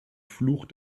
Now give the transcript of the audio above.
fluch